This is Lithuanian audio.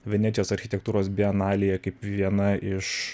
venecijos architektūros bienalėje kaip viena iš